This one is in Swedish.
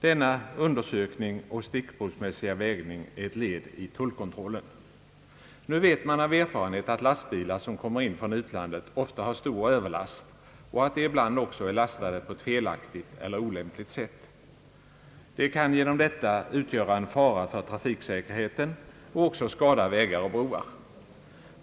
Denna undersökning och stickprovsmässiga vägning är ett led i tullkontrollen. Nu vet man av erfarenhet att lastbilar som kommer in från utlandet ofta har stor överlast och att de ibland också är lastade på ett felaktigt eller olämpligt sätt. De kan genom detta utgöra en fara för trafiksäkerheten och också skada vägar och broar.